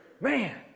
Man